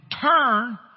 turn